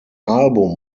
album